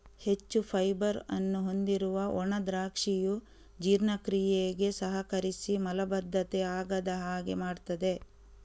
ಹೆಚ್ಚು ಫೈಬರ್ ಅನ್ನು ಹೊಂದಿರುವ ಒಣ ದ್ರಾಕ್ಷಿಯು ಜೀರ್ಣಕ್ರಿಯೆಗೆ ಸಹಕರಿಸಿ ಮಲಬದ್ಧತೆ ಆಗದ ಹಾಗೆ ಮಾಡ್ತದೆ